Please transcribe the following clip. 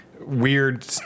weird